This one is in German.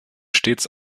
stets